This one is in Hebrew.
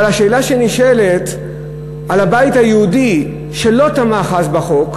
אבל השאלה שנשאלת על הבית היהודי שלא תמך אז בחוק,